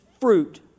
fruit